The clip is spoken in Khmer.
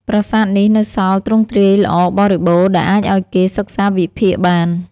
ប្រាសាទនេះនៅសល់ទ្រង់ទ្រាយល្អបរិបូរ ដែលអាចឱ្យគេសិក្សាវិភាគបាន។